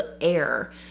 air